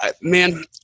Man